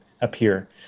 appear